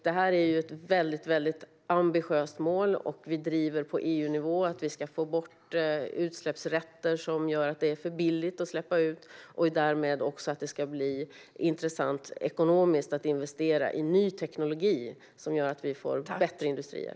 Detta är ett väldigt ambitiöst mål. Vi driver på EU-nivå att vi ska få bort utsläppsrätter som gör det för billigt att släppa ut. Därmed ska det bli ekonomiskt intressant att investera i ny teknik som gör att vi får bättre industrier.